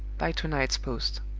by to-night's post.